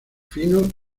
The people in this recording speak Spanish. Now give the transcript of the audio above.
finos